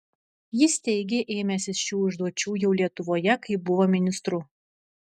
jis teigė ėmęsis šių užduočių jau lietuvoje kai buvo ministru